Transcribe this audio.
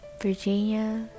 Virginia